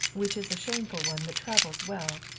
which is a shameful one but travels well,